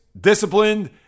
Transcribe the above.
disciplined